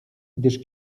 gdyż